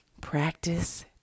Practice